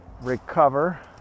recover